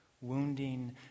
wounding